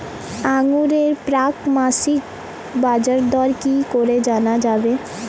আঙ্গুরের প্রাক মাসিক বাজারদর কি করে জানা যাবে?